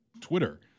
Twitter